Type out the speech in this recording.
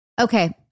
Okay